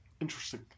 interesting